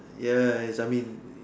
yes I mean